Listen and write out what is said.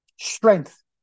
strength